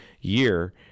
year